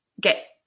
get